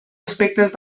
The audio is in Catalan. aspectes